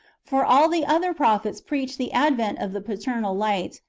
for all the other prophets preached the advent of the paternal light,